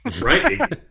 Right